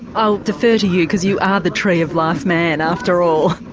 i'll defer to you because you are the tree of life man after all.